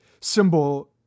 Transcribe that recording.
symbol